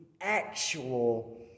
actual